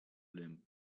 limb